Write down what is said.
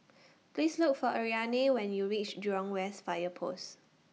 Please Look For Ariane when YOU REACH Jurong West Fire Post